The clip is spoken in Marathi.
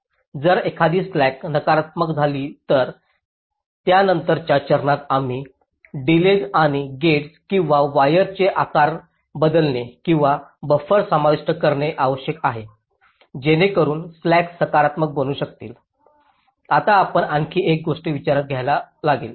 जर एखादी स्लॅक्स नकारात्मक झाली तर त्यानंतरच्या चरणात आम्हाला डिलेज आणि गेट्स किंवा वायर्सचे आकार बदलणे किंवा बफर समाविष्ट करणे आवश्यक आहे जेणेकरून स्लॅक्स सकारात्मक बनू शकतील आता आपण आणखी एक गोष्ट विचारात घ्यावी लागेल